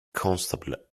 constable